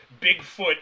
Bigfoot